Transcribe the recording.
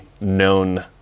known